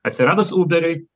atsiradus uberiui